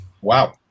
wow